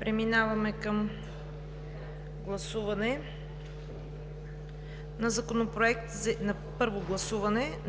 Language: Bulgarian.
Преминаваме към първо гласуване на